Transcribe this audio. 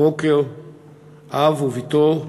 הבוקר אב ובתו,